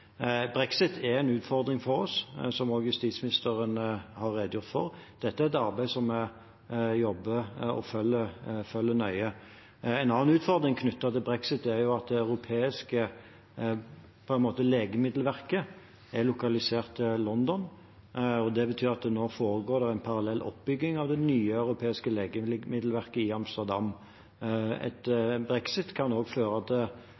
Brexit er en utfordring for oss, som også justisministeren har redegjort for. Dette er et arbeid som vi jobber med og følger nøye. En annen utfordring knyttet til brexit er at det europeiske legemiddelverket er lokalisert til London. Det betyr at det nå foregår en parallell oppbygging av det nye europeiske legemiddelverket i Amsterdam. En brexit og overføringen av dette til et nytt senter kan også føre til